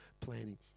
planning